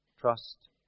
trust